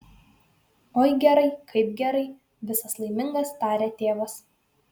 oi gerai kaip gerai visas laimingas taria tėvas